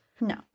no